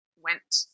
went